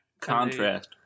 Contrast